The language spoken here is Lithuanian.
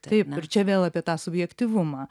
taip čia vėl apie tą subjektyvumą